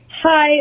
Hi